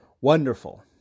wonderful